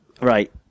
right